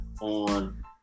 on